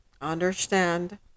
understand